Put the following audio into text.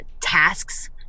tasks